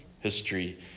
history